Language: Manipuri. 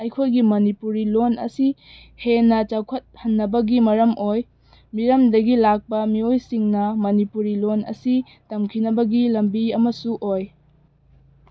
ꯑꯩꯈꯣꯏꯒꯤ ꯃꯅꯤꯄꯨꯔꯤ ꯂꯣꯜ ꯑꯁꯤ ꯍꯦꯟꯅ ꯆꯥꯎꯈꯠ ꯍꯟꯅꯕꯒꯤ ꯃꯔꯝ ꯑꯣꯏ ꯃꯤꯔꯝꯗꯒꯤ ꯂꯥꯛꯄ ꯃꯤꯑꯣꯏꯁꯤꯡꯅ ꯃꯅꯤꯄꯨꯔꯤ ꯂꯣꯜ ꯑꯁꯤ ꯇꯝꯈꯤꯅꯕꯒꯤ ꯂꯝꯕꯤ ꯑꯃꯁꯨ ꯑꯣꯏ